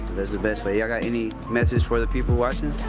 the best way. y'all got any message for the people watching?